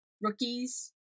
rookies